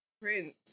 Prince